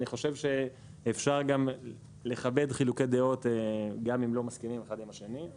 כי אני חושב שאפשר לכבד חילוקי דעות גם אם לא מסכימים אחד עם השני.